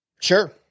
Sure